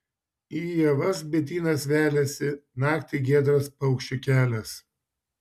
į ievas bitynas veliasi naktį giedras paukščių kelias